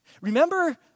Remember